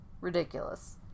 ridiculous